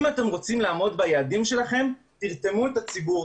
אם אתם רוצים לעמוד ביעדים שלכם תרתמו את הציבור,